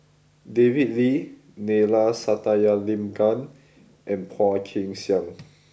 David Lee Neila Sathyalingam and Phua Kin Siang